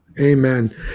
Amen